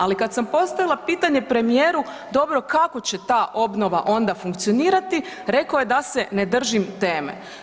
Ali kada sam postavila pitanje premijeru, dobro kako će ta obnova onda funkcionirati, rekao je da se ne držim teme.